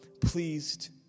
pleased